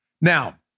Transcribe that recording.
Now